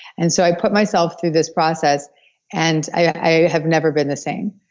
and so i put myself through this process and i have never been the same,